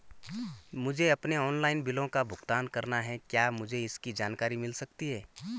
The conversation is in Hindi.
मुझे अपने ऑनलाइन बिलों का भुगतान करना है क्या मुझे इसकी जानकारी मिल सकती है?